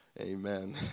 Amen